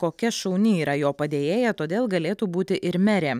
kokia šauni yra jo padėjėja todėl galėtų būti ir merė